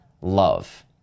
love